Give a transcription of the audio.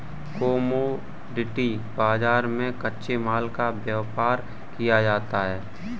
commodity बाजार में कच्चे माल का व्यापार किया जाता है